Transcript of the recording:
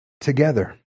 together